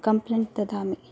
complaint ददामि